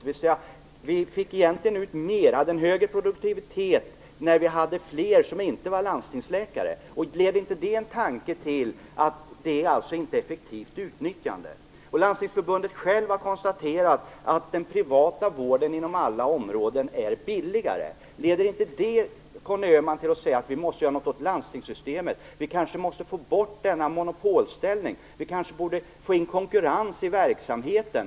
Det var egentligen en högre produktivitet när det var färre landstingsläkare. Leder inte detta till tanken att det inte är fråga om något effektivt utnyttjande? På Landstingsförbundet har man konstaterat att den privata vården inom alla områden är billigare. Leder inte detta till en tanke hos Conny Öhman om att vi måste göra någonting åt landstingssystemet? Vi kanske måste få bort monopolställningen och få in konkurrens i verksamheten.